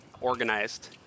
organized